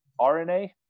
RNA